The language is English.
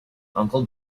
uncle